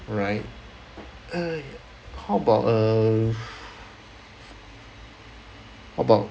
right !aiya! how about uh how about